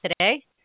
today